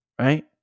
right